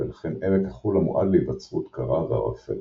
ולכן עמק החולה מועד להיווצרות קרה וערפל.